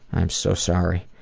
i am so sorry.